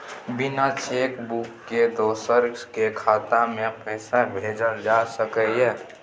बिना cheque book के दोसर के खाता में पैसा भेजल जा सकै ये?